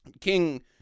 King